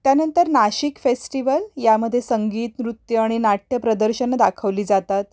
त्यानंतर नाशिक फेस्टिवल यामध्ये संगीत नृत्य आणि नाट्य प्रदर्शनं दाखवली जातात